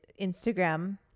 instagram